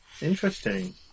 Interesting